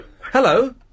Hello